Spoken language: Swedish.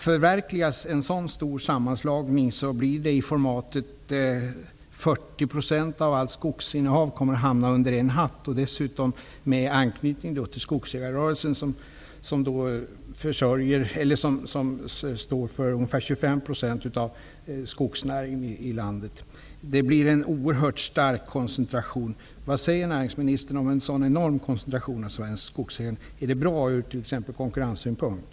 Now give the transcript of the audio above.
Förverkligas en sådan stor sammanslagning, får den ett sådant format att 40 % av allt skogsinnehav hamnar under en hatt, dessutom med anknytning till skogsägarrörelsen, som står för ungefär 25 % av skogsnäringen i landet. Detta blir en oerhört stark koncentration. Vad säger näringsministern om en sådan enorm koncentration av Sveriges skogsägare? Är det t.ex. bra ur konkurrenssynpunkt?